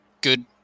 good